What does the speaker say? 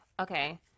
Okay